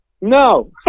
No